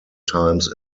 times